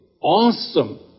awesome